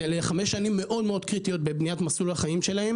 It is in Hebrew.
אלה חמש שנים מאוד קריטיות בבניית מסלול החיים שלהם